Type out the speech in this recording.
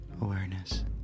awareness